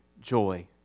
joy